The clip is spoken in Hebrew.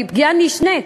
היא פגיעה נשנית,